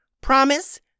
Promise